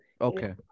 Okay